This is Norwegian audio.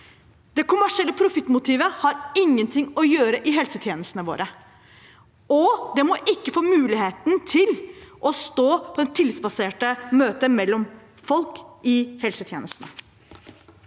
Det kommersielle profittmotivet har ingenting å gjøre i helsetjenestene våre, og det må ikke få muligheten til å stå på den tillitsbaserte møtet mellom folk i helsetjenesten.